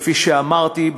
כפי שאמרתי,